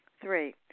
Three